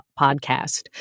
podcast